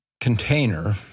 container